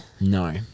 no